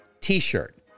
t-shirt